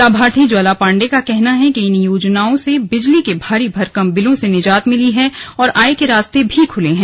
लाभार्थी ज्वाला पांडे का कहना है कि इन योजनाओं से बिजली के भारी भरकम बिलों से निजात मिली है और आय के रास्ते भी खुले हैं